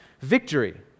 victory